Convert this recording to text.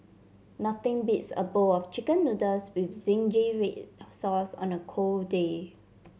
nothing beats a bowl of chicken noodles with zingy red sauce on a cold day